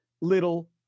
little